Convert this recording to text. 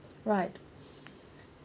right